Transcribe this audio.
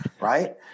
right